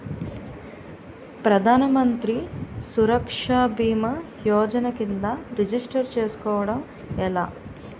ప్రధాన మంత్రి సురక్ష భీమా యోజన కిందా రిజిస్టర్ చేసుకోవటం ఎలా?